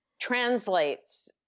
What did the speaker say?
translates